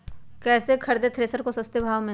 कैसे खरीदे थ्रेसर को सस्ते भाव में?